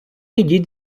йдіть